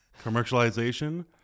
Commercialization